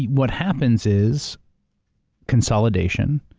what happens is consolidation,